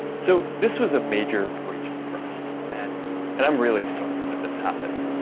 so this was a major breach of trust, and and i'm really sorry that this happened.